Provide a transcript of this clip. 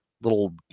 little